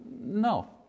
No